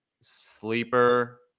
sleeper